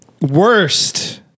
worst